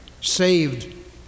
saved